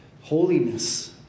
holiness